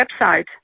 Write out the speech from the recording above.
website